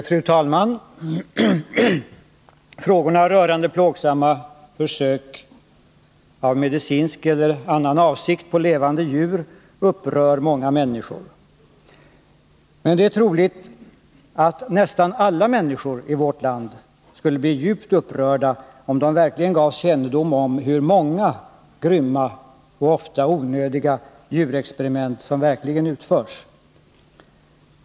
Fru talman! De plågsamma försöken i medicinsk eller annan avsikt på levande djur upprör många människor. Men det är troligt att nästan alla människor i vårt land skulle bli djupt upprörda om de verkligen gavs kännedom om hur många grymma — och ofta onödiga — djurexperiment som utförs.